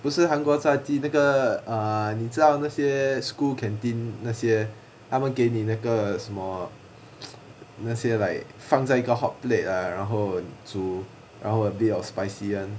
不是韩国炸鸡那个 ah 你知道那些 school canteen 那些他们给你那个什么那些 like 放在一个 hotplate ah 然后煮然后 a bit of spicy [one]